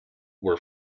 were